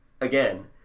again